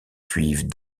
suivent